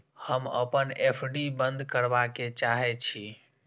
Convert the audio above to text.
हम अपन एफ.डी बंद करबा के चाहे छी